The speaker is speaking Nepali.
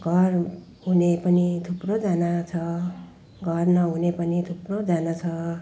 घर हुने पनि थुप्रैजना छ घर नहुने पनि थुप्रैजना छ